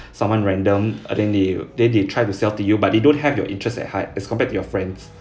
someone random and then they then they try to sell to you but they don't have your interests at heart as compared to your friends